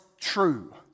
true